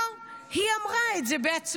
לא, היא אמרה את זה בעצמה.